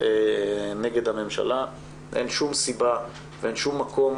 נגד ממשלה אבל אין שום סיבה ואין שום מקום